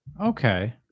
okay